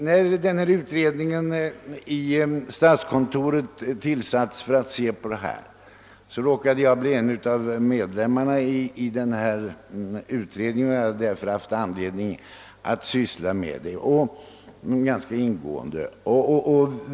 När utredningen i statskontoret tillsattes med uppgift att se över dessa frågor råkade jag bli en av ledamöterna i utredningen, och jag har därför haft anledning att ganska ingående syssla med problemen.